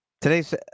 Today's